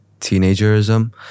teenagerism